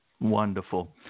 Wonderful